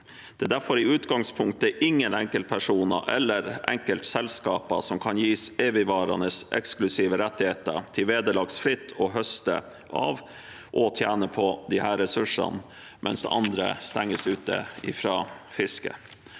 utgangspunktet ingen enkeltpersoner eller enkeltselskaper som kan gis evigvarende eksklusive rettigheter til vederlagsfritt å høste av og tjene på disse ressursene, mens andre stenges ute fra fiske.